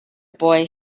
boy